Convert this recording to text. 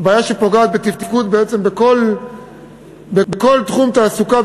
בעיה שפוגעת בתפקוד בעצם בכל תחום תעסוקה,